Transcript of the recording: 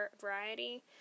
Variety